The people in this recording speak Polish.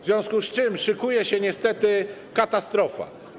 W związku z tym szykuje się niestety katastrofa.